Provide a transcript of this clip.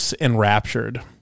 enraptured